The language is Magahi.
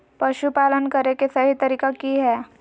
पशुपालन करें के सही तरीका की हय?